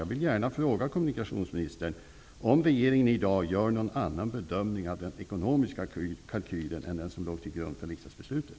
Jag vill gärna fråga kommunikationsministern om regeringen i dag gör någon annan bedömning av den ekonomiska kalkylen än den som låg till grund för riksdagsbeslutet.